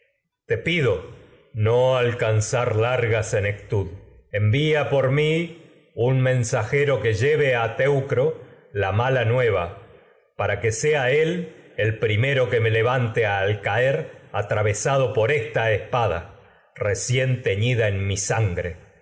por pido no alcanzar larga senectud mí un mensajero que lleve a teucro sea la mala va para que él el primero que me levante al caer en atravesado por esta espada recién teñida mi san